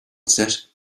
set